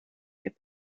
der